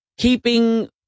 Keeping